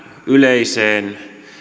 yleiseen